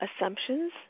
assumptions